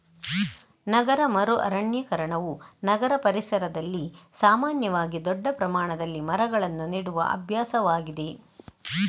ನಗರ ಮರು ಅರಣ್ಯೀಕರಣವು ನಗರ ಪರಿಸರದಲ್ಲಿ ಸಾಮಾನ್ಯವಾಗಿ ದೊಡ್ಡ ಪ್ರಮಾಣದಲ್ಲಿ ಮರಗಳನ್ನು ನೆಡುವ ಅಭ್ಯಾಸವಾಗಿದೆ